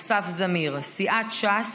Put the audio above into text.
אסף זמיר, מסיעת ש"ס,